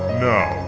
no